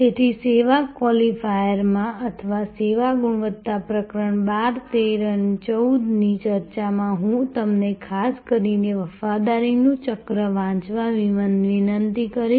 તેથી સેવા ક્વોલિફાયરમાં અથવા સેવા ગુણવત્તા પ્રકરણ 12 13 અને 14 ની ચર્ચામાં હું તમને ખાસ કરીને વફાદારીનું ચક્ર વાંચવા વિનંતી કરીશ